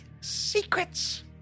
secrets